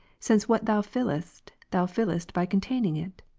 since what thou fillest thou fillest by containing it?